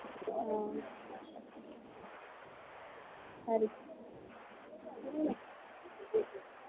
हां खरी